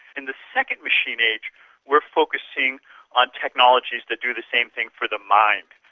in the second machine age we're focusing on technologies that do the same thing for the mind,